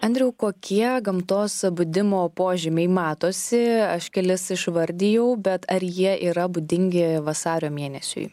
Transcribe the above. andriau kokie gamtos atbudimo požymiai matosi aš kelis išvardijau bet ar jie yra būdingi vasario mėnesiui